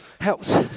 helps